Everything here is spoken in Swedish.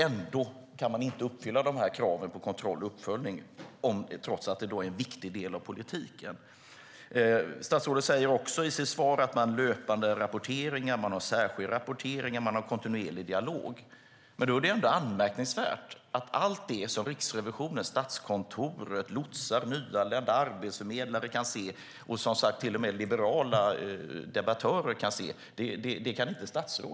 Ändå kan man inte uppfylla kraven på kontroll och uppföljning, trots att det är en viktig del av politiken. Statsrådet säger i sitt svar att man har löpande rapporteringar, särskilda rapporteringar och kontinuerlig dialog. Då är det anmärkningsvärt att statsrådet inte kan se allt som Riksrevisionen, Statskontoret, lotsar, nyanlända, arbetsförmedlare och till och med liberala debattörer kan se.